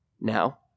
Now